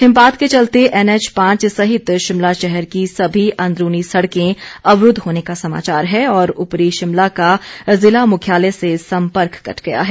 हिमपात के चलते एनएच पांच सहित शिमला शहर की सभी अंदरूनी सड़कें अवरूद्व होने का समाचार है और उपरी शिमला का जिला मुख्यालय से संपर्क कट गया है